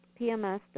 PMS